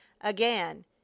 Again